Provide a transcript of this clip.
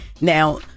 Now